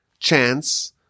chance